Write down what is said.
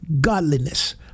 godliness